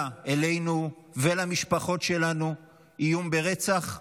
אלינו ואל המשפחות שלנו איום ברצח?